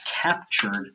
captured